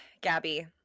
Gabby